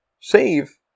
save